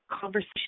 conversation